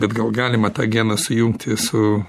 bet gal galima tą geną sujungti su